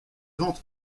ventes